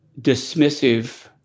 dismissive